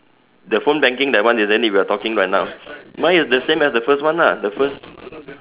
the phone banking that one isn't it we are talking right now mine is the same as the first one lah the first